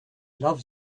love